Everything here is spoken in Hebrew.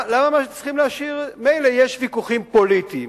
מילא יש ויכוחים פוליטיים,